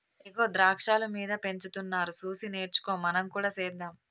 ఇగో ద్రాక్షాలు మీద పెంచుతున్నారు సూసి నేర్చుకో మనం కూడా సెద్దాం